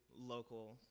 local